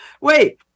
Wait